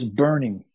burning